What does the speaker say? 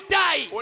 die